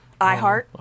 iHeart